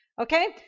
Okay